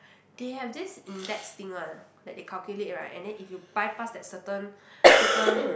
they have this index thing ah that they calculate right and then if you bypass that certain certain